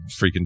freaking